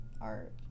art